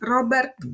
Robert